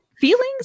feelings